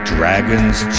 Dragon's